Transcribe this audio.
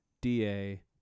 DA